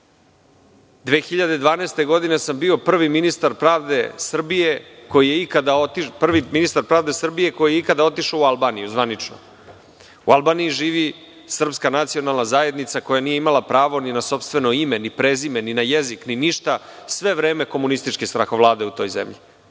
2012. godine sam bio prvi ministar pravde Srbije koji je ikada otišao u Albaniju zvanično. U Albaniji živi srpska nacionalna zajednica koja nije imala pravo ni na sopstveno ime, ni na prezime, ni na jezik, ni na ništa, sve vreme komunističke strahovlade u toj zemlji.